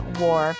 war